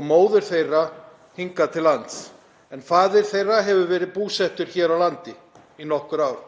og móður þeirra hingað til lands en faðir þeirra hefur verið búsettur hér á landi í nokkur ár.